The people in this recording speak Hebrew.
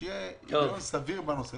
שיהיה היגיון סביר בנושא.